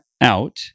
out